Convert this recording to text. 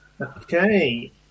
Okay